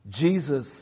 Jesus